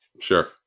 sure